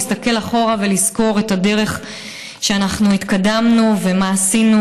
להסתכל אחורה ולזכור את הדרך שאנחנו התקדמנו ומה עשינו,